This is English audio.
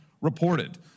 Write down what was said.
reported